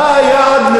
מה היעד,